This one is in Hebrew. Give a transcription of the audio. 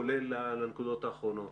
כולל לנקודות האחרונות.